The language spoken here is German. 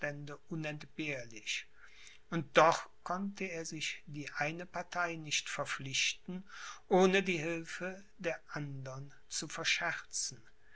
unentbehrlich und doch konnte er sich die eine partei nicht verpflichten ohne die hilfe der andern zu verscherzen